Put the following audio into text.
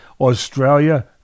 Australia